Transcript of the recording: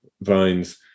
vines